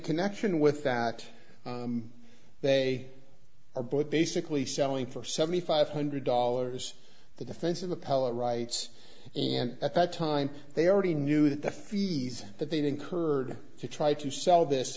connection with that they are both basically selling for seventy five hundred dollars the defense of the poet rights and at that time they already knew that the fees that they'd incurred to try to sell this